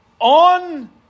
on